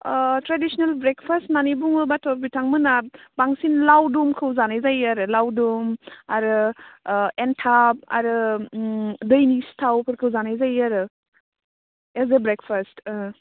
traditional breakfast होननानै बुङोब्लाथ' बिथांमोनहा बांसिन लावदुमखौ जानाय जायो आरो लावदुम आरो एनथाब आरो उम दैनि सिथावफोरखो जानाय जायो आरो एस ए ब्रेकफास्ट